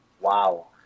Wow